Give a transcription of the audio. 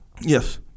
Yes